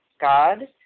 God